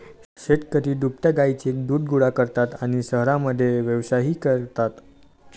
शेतकरी दुभत्या गायींचे दूध गोळा करतात आणि शहरांमध्ये व्यवसायही करतात